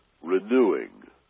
renewing